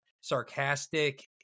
sarcastic